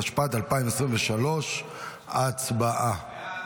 התשפ"ד 2023. הצבעה.